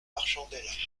marchandaient